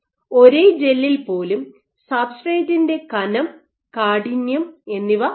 അതിനാൽ ഒരേ ജെല്ലിൽ പോലും സബ്സ്ട്രെറ്റിന്റെ കനംകാഠിന്യം എന്നിവ മാറ്റാം